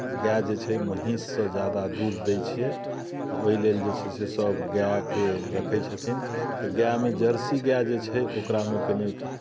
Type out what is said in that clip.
गाए जे छै महीँससँ ज्यादा दूध दै छियै ओहिलेल जे छै से सभ गाएके रखै छथिन गाएमे जर्सी गाए जे छै ओकरामे कनिक